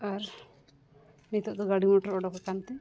ᱟᱨ ᱱᱤᱛᱳᱜ ᱫᱚ ᱜᱟᱹᱰᱤ ᱢᱚᱴᱚᱨ ᱚᱰᱳᱠ ᱟᱠᱟᱱᱛᱮ